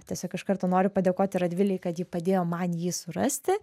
tiesiog iš karto noriu padėkoti radvilei kad ji padėjo man jį surasti